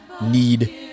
need